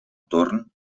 torn